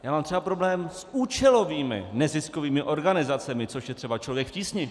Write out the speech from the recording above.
Mám třeba problém s účelovým neziskovými organizacemi, což je třeba Člověk v tísni.